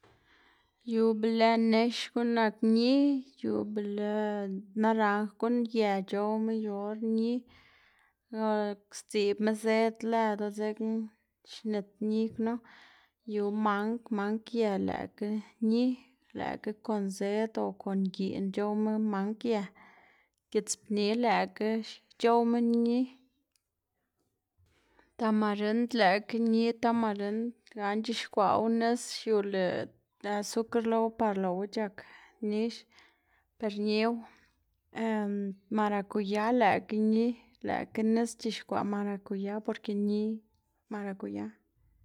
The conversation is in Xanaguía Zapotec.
Yu be lë nex guꞌn nak ñi, yu be lë naranj guꞌn ye c̲h̲owma yu or ñi o sdziꞌbma zed lëdu dzekna xnit ñi knu, yu mang mang ye lëꞌkga ñi, lëꞌkga kon zed o kon giꞌn c̲h̲owma mang ye, gits pni lëꞌkga c̲h̲owma ñi, tamarind lëꞌkga ñi tamarind gana c̲h̲ixkwaꞌwu nis xiula lë sukr lowu par lëꞌwu chak nix, per ñiwu, marakuya lëꞌkga ñi këꞌkga nis xc̲h̲ixkwaꞌ marakuya porke ñi marakuya.